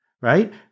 right